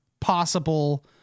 possible